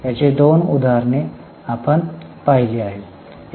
याची दोन उदाहरणे आपण पाहिली होती